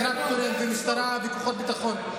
טרקטורים ומשטרה וכוחות ביטחון.